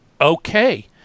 Okay